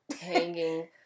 hanging